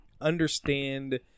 understand